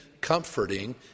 comforting